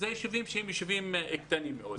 אלה ישובים קטנים מאוד.